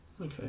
okay